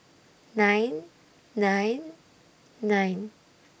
nine nine nine